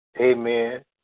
amen